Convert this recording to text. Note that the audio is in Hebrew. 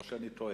או שאני טועה?